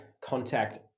contact